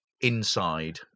inside